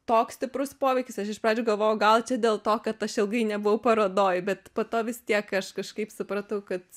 toks stiprus poveikis aš iš pradžių galvojau gal dėl to kad aš ilgai nebuvau parodoj bet po to vis tiek aš kažkaip supratau kad